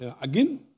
again